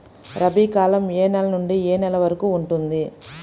రబీ కాలం ఏ నెల నుండి ఏ నెల వరకు ఉంటుంది?